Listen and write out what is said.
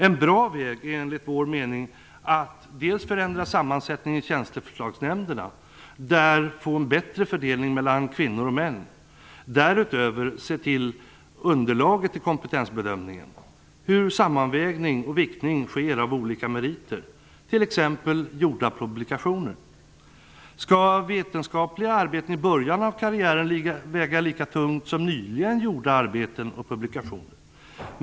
Enligt vår mening är en bra väg att förändra sammansättningen i Tjänsteförslagsnämnderna för att få en bättre fördelning mellan kvinnor och män. Därutöver borde man se till underlaget vid kompetensbedömningen och till hur sammanvägning och viktning av olika meriter sker, t.ex. gjorda publikationer. Skall vetenskapliga arbeten i början av karriären väga lika tungt som senare gjorda arbeten och publikationer?